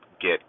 get